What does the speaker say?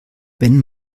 wenn